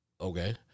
Okay